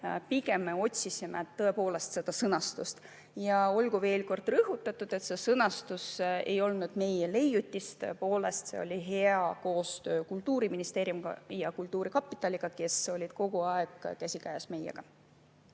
pigem otsisime tõepoolest seda sõnastust. Ja olgu veel kord rõhutatud, et see sõnastus ei olnud meie leiutis – tõepoolest, see oli hea koostöö Kultuuriministeeriumi ja kultuurkapitaliga, kes olid kogu aeg meiega